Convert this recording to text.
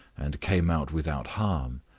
and came out without harm,